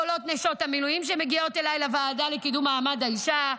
קולות נשות המילואים שמגיעות אליי לוועדה לקידום מעמד האישה,